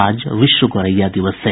आज विश्व गोरैया दिवस है